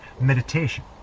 meditation